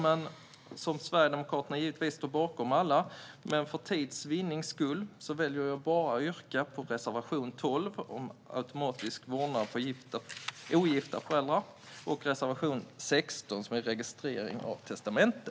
Jag står givetvis bakom alla, men för tids vinnande väljer jag att yrka bifall endast till reservation 12 om automatisk vårdnad för ogifta föräldrar och reservation 16 om registrering av testamente.